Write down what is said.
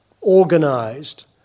organized